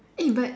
eh but